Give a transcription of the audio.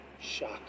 shock